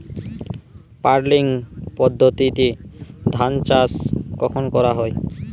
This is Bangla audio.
পাডলিং পদ্ধতিতে ধান চাষ কখন করা হয়?